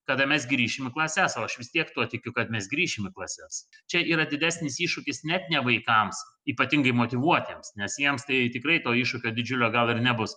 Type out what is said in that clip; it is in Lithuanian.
kada mes grįšim į klases o aš vis tiek tuo tikiu kad mes grįšim į klases čia yra didesnis iššūkis net ne vaikams ypatingai motyvuotiems nes jiems tai tikrai to iššūkio didžiulio gal ir nebus